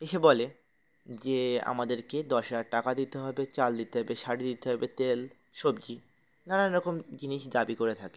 এসে বলে যে আমাদেরকে দশ হাজার টাকা দিতে হবে চাল দিতে হবে শাড়ি দিতে হবে তেল সবজি নানান রকম জিনিস দাবি করে থাকে